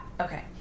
Okay